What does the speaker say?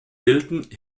bilden